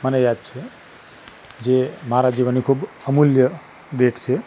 મને યાદ છે જે મારા જીવનની ખૂબ અમૂલ્ય ડેટ છે